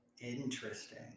Interesting